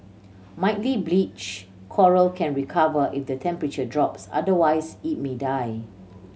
mildly bleached coral can recover if the temperature drops otherwise it may die